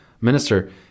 minister